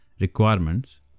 requirements